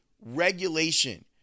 regulation